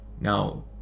now